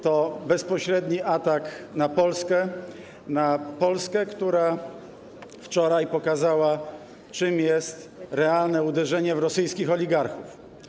To bezpośredni atak na Polskę - na Polskę, która wczoraj pokazała, czym jest realne uderzenie w rosyjskich oligarchów.